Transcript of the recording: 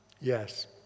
Yes